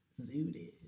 Zooted